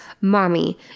mommy